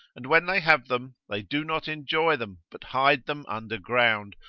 and when they have them, they do not enjoy them, but hide them under ground,